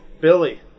Billy